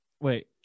Wait